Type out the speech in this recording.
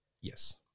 Yes